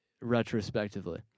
retrospectively